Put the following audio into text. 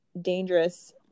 dangerous